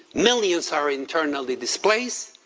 millions are internally displaced,